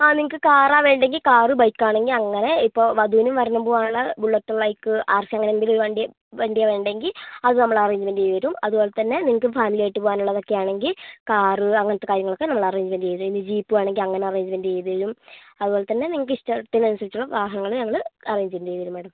ആ നിങ്ങൾക്ക് കാറാ വേണ്ടതെങ്കിൽ കാറ് ബൈക്കാണെങ്കിൽ അങ്ങനെ ഇപ്പോൾ വധൂനും വരനും പോവാനുള്ള ബുള്ളെറ്റ് ബൈക്ക് ആർ എസ് അങ്ങനെ എന്തേലും വണ്ടി വണ്ടിയാ വേണ്ടതെങ്കിൽ അത് നമ്മൾ അറേഞ്ച്മെന്റ് ചെയ്ത് തരും അതുപോലെത്തന്നെ നിങ്ങൾക്ക് ഫാമിലിയായിട്ട് പോവാനുള്ളതൊക്കെയാണെങ്കിൽ കാറ് അങ്ങനത്തെ കാര്യങ്ങളൊക്കെ നമ്മൾ അറേഞ്ച്മെന്റ് ചെയ്ത് തരും ഇനി ജീപ്പ് വേണമെങ്കിൽ അങ്ങനെ അറേഞ്ച്മെന്റ് ചെയ്ത് തരും അതുപോലെത്തന്നെ നിങ്ങക്കിഷ്ടത്തിനനുസരിച്ചുള്ള വാഹനങ്ങൾ ഞങ്ങൾ അറേഞ്ച്മെന്റ് ചെയ്ത് തരും മേഡം